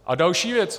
A další věc.